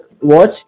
watch